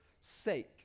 sake